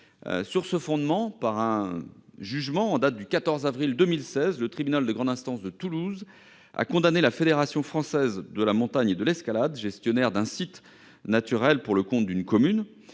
Sur ce fondement, par un jugement en date du 14 avril 2016, le tribunal de grande instance de Toulouse a condamné la Fédération française de la montagne et de l'escalade, gestionnaire d'un site naturel pour le compte d'une commune,